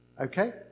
Okay